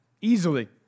easily